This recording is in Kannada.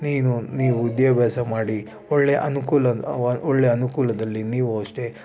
ನೀನು ನೀವು ವಿದ್ಯಾಭ್ಯಾಸ ಮಾಡಿ ಒಳ್ಳೆ ಅನುಕೂಲ ಒಳ್ಳೆ ಅನುಕೂಲದಲ್ಲಿ ನೀವು ಅಷ್ಟೇ